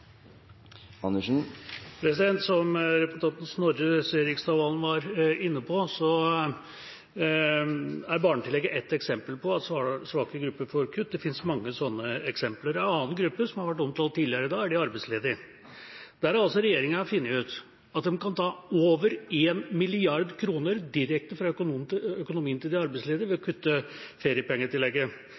barnetillegget et eksempel på at svake grupper får kutt, og det finnes mange slike eksempler. En annen gruppe som har vært omtalt tidligere i dag, er de arbeidsledige. Der har regjeringa funnet ut at de kan ta over 1 mrd. kr direkte fra økonomien til de arbeidsledige ved å kutte feriepengetillegget.